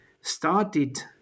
started